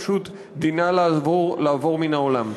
פשוט דינה לעבור מן העולם.